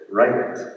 right